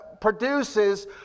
produces